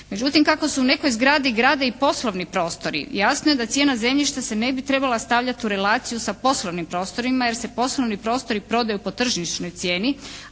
Međutim kako se u nekoj zgradi grade i poslovni prostori jasno je da cijena zemljišta se ne bi trebala stavljati u relaciju sa poslovnim prostorima jer se poslovni prostori prodaju po tržišnoj cijeni,